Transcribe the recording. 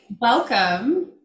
welcome